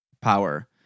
power